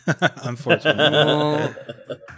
Unfortunately